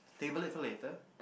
stable it for later